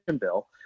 bill